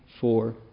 four